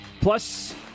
Plus